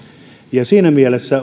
siinä mielessä